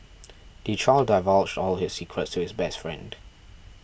the child divulged all his secrets to his best friend